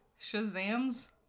Shazams